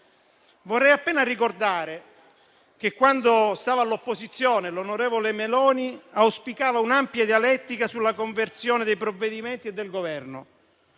Vorrei appena ricordare che, quando stava all'opposizione, l'onorevole Meloni auspicava un'ampia dialettica sulla conversione dei provvedimenti del Governo.